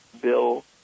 Bill